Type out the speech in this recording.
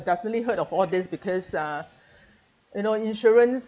definitely heard of all these because uh you know insurance